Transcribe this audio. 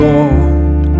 Lord